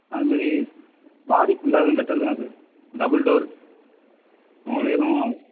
அது மாதிரி பாடி ஃபுல்லாகவே மெட்டல் தான் சார் டபுள் டோரு உங்களுக்கு ஏதுவும்